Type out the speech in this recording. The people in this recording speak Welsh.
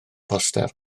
poster